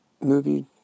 Movie